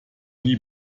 nie